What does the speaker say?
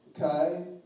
Okay